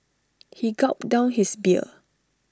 he gulped down his beer